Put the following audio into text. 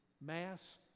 mass